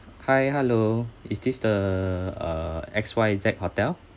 hi hello is this the uh X_Y_Z hotel